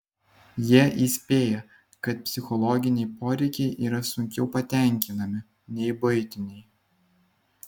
jie įspėja kad psichologiniai poreikiai yra sunkiau patenkinami nei buitiniai